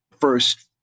first